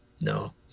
No